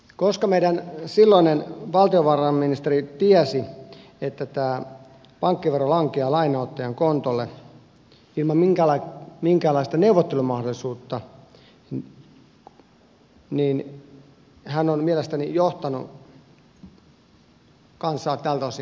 koska meidän silloinen valtiovarainministerimme tiesi että tämä pankkivero lankeaa lainanottajan kontolle ilman minkäänlaista neuvottelumahdollisuutta niin hän on mielestäni johtanut kansaa tältä osin harhaan